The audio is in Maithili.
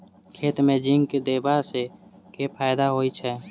खेत मे जिंक देबा सँ केँ फायदा होइ छैय?